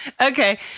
Okay